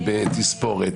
בתספורת